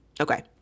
Okay